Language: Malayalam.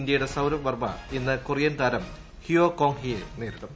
ഇന്ത്യയുടെ സൌരഭ് വർമ്മ ഇന്ന് കൊറിയൻ താരം ഹിയോ കാങ് ഹി യെ നേരിടും